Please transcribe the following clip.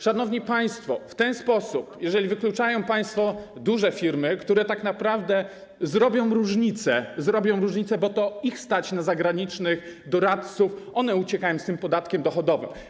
Szanowni państwo, w ten sposób, jeżeli wykluczają państwo duże firmy, które tak naprawdę zrobią różnicę, bo je stać na zagranicznych doradców, one uciekają z tym podatkiem dochodowym.